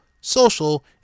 social